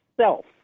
self